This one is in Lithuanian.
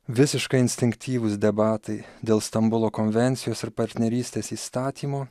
visiškai instinktyvūs debatai dėl stambulo konvencijos ir partnerystės įstatymo